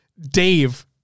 Dave